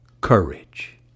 courage